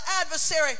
adversary